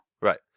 right